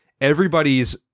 everybody's